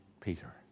Peter